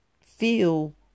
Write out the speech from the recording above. feel